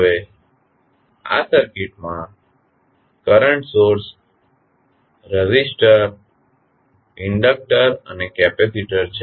હવે આ સર્કિટ માં કરંટ સોર્સ રેઝિસ્ટર ઇન્ડક્ટર અને કેપેસિટર છે